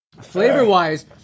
Flavor-wise